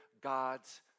God's